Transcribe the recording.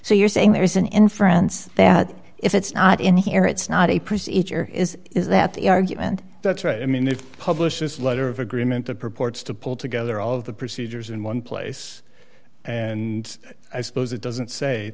so you're saying there is an inference that if it's not in here it's not a procedure is is that the argument that's right i mean they publish this letter of agreement that purports to pull together all of the procedures in one place and i suppose it doesn't say